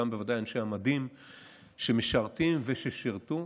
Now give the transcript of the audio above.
וגם בוודאי אנשי המדים שמשרתים וששירתו,